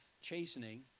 chastening